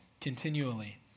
continually